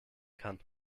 kann